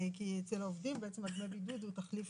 כי אצל עובדים דמי הבידוד הם תחליף